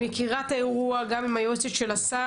אני מכירה את האירוע, גם עם היועצת של השר.